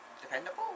Dependable